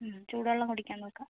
ഉം ചൂട് വെള്ളം കുടിക്കാൻ നോക്കുക